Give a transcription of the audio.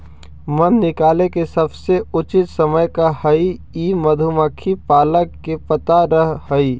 मध निकाले के सबसे उचित समय का हई ई मधुमक्खी पालक के पता रह हई